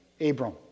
Abram